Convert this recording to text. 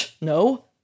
no